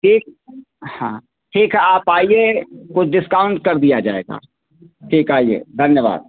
ठीक हाँ ठीक है आप आइए कुछ डिस्काउंट कर दिया जाएगा ठीक आइए धन्यवाद